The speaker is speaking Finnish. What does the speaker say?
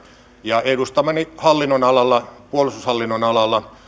ja edustamallani hallinnonalalla puolustushallinnon alalla